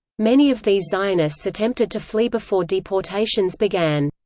many of these zionists attempted to flee before deportations began.